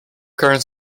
current